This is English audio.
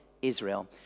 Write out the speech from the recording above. Israel